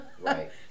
right